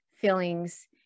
feelings